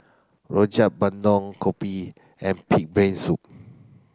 Rojak Bandung Kopi and pig brain soup